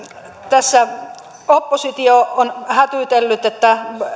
tässä oppositio on hätyytellyt että